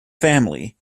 family